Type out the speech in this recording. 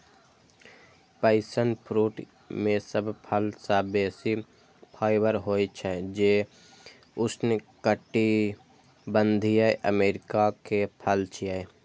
passion fruit मे सब फल सं बेसी फाइबर होइ छै, जे उष्णकटिबंधीय अमेरिका के फल छियै